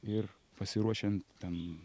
ir pasiruošiant ten